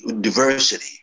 diversity